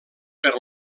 per